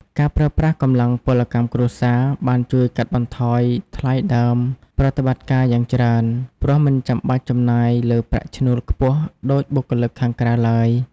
ការប្រើប្រាស់កម្លាំងពលកម្មគ្រួសារ បានជួយកាត់បន្ថយថ្លៃដើមប្រតិបត្តិការ យ៉ាងច្រើន ព្រោះមិនចាំបាច់ចំណាយលើប្រាក់ឈ្នួលខ្ពស់ដូចបុគ្គលិកខាងក្រៅឡើយ។